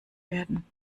werden